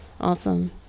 Awesome